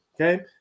Okay